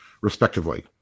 respectively